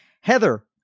Heather